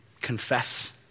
confess